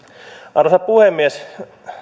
arvoisa puhemies